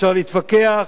אפשר להתווכח,